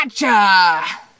gotcha